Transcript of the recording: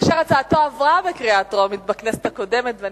אשר הצעתו עברה בקריאה טרומית בכנסת הקודמת.